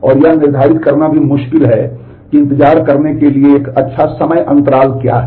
और यह निर्धारित करना भी मुश्किल है कि इंतजार करने के लिए एक अच्छा समय अंतराल क्या है